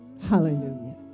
Hallelujah